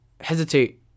hesitate